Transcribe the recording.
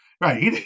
right